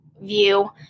view